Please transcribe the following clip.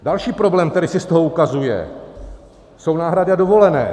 Další problém, který se z toho ukazuje, jsou náhrady a dovolené.